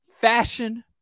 Fashion